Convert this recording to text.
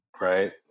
Right